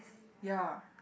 ya